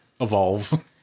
evolve